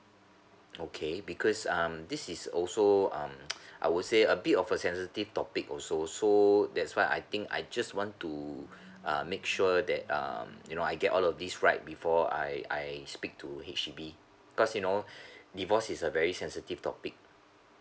okay because um this is also um I would say a bit of sensitive topic also so that's why I think I just want to uh make sure that um you know I get all of this right before I I speak to H_D_B because you know divorce is a very sensitive topic